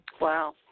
Wow